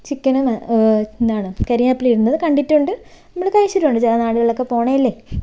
chicken എന്താണ് കറിവേപ്പില ഇടുന്നത് കണ്ടിട്ടുണ്ട് നമ്മൾ കഴിച്ചിട്ടുണ്ട് ചില നാടുകളിലൊക്കെ പോണതല്ലേ